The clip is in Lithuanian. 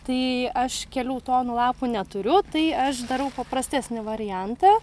tai aš kelių tonų lapų neturiu tai aš darau paprastesnį variantą